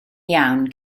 iawn